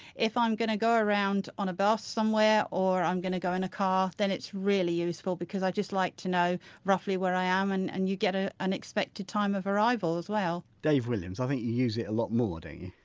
if i'm going to go around on a bus somewhere or i'm going to go in a car then it's really useful because i just like to know roughly where i am and and you get ah an expected time of arrival as well dave williams, i think you use it a lot more don't you?